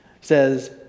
says